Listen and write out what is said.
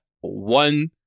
one